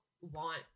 want